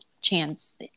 chance